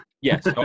Yes